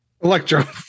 Electro